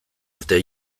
arte